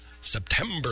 September